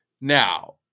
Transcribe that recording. Now